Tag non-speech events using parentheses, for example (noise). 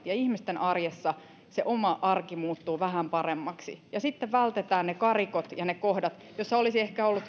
(unintelligible) ja ihmisten oma arki muuttuu vähän paremmaksi ja sitten vältetään ne karikot ja ne kohdat joissa olisi ehkä ollut